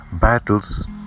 battles